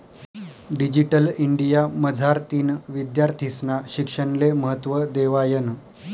digital India मझारतीन विद्यार्थीस्ना शिक्षणले महत्त्व देवायनं